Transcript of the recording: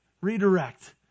redirect